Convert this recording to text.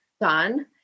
done